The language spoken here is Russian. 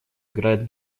играет